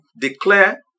declare